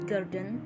Garden